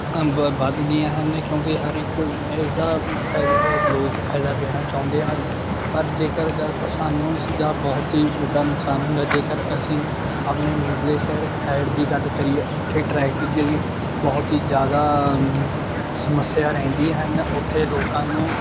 ਬ ਵੱਧ ਗਈਆਂ ਹਨ ਕਿਉਂਕਿ ਹਰ ਇੱਕ ਇਹਦਾ ਫਾਇ ਲੋਕ ਫਾਇਦਾ ਲੈਣਾ ਚਾਹੁੰਦੇ ਹਨ ਪਰ ਜੇਕਰ ਅਗਰ ਸਾਨੂੰ ਇਸ ਦਾ ਬਹੁਤ ਹੀ ਵੱਡਾ ਨੁਕਸਾਨ ਹੁੰਦਾ ਜੇਕਰ ਅਸੀਂ ਆਪਣੇ ਨੇੜਲੇ ਸ਼ਹਿਰ ਖੈੜ ਦੀ ਗੱਲ ਕਰੀਏ ਉੱਥੇ ਟ੍ਰੈਫਿਕ ਦੀ ਬਹੁਤ ਹੀ ਜ਼ਿਆਦਾ ਸਮੱਸਿਆ ਰਹਿੰਦੀ ਹਨ ਉੱਥੇ ਲੋਕਾਂ ਨੂੰ